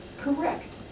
Correct